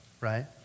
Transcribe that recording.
right